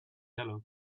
yellow